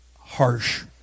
harsh